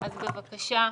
בבקשה.